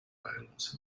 violence